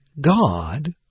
God